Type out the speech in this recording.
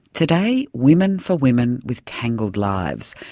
today, women for women with tangled lives,